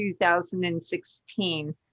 2016